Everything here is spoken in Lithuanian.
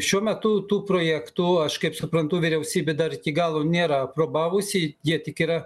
šiuo metu tų projektų aš kaip suprantu vyriausybė dar iki galo nėra aprobavusi jie tik yra